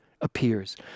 appears